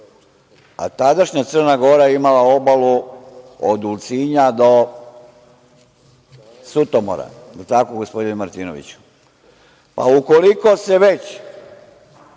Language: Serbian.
a tadašnja Crna Gora je imala obalu od Ulcinja do Sutomora. Da li je tako, gospodine Martinoviću? Pa, ukoliko se već